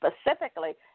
specifically